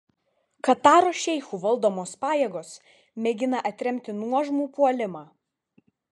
kataro šeichų valdomos pajėgos mėgina atremti nuožmų puolimą